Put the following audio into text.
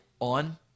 on